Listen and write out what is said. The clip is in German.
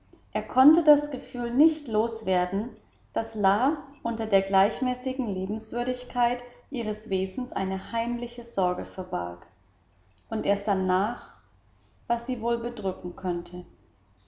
er konnte das gefühl nicht loswerden daß la unter der gleichmäßigen liebenswürdigkeit ihres wesens eine heimliche sorge barg und er sann nach was sie wohl bedrücken könne